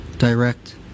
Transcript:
Direct